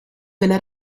della